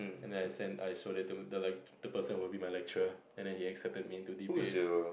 and then I send I showed it to the like the person who would be my lecturer and then he accepted me into D_P_A